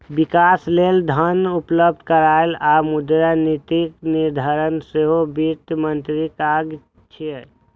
विकास लेल धन उपलब्ध कराना आ मुद्रा नीतिक निर्धारण सेहो वित्त मंत्रीक काज छियै